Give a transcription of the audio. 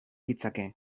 ditzake